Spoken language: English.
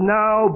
now